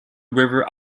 river